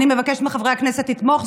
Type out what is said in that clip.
אני מבקשת מחברי הכנסת לתמוך.